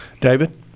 David